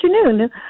afternoon